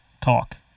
talk